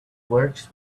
works